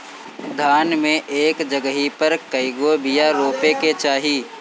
धान मे एक जगही पर कएगो बिया रोपे के चाही?